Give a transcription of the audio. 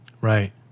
Right